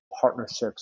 partnerships